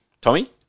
Tommy